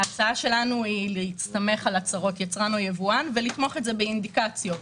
ההצעה שלנו היא להסתמך על הצהרות יצרן ולתמוך את זה באינדיקציות,